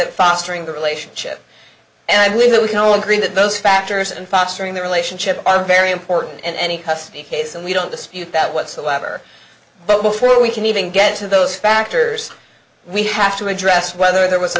at fostering the relationship and i believe that we can all agree that those factors and fostering the relationship are very important and a custody case and we don't dispute that whatsoever but before we can even get to those factors we have to address whether there was a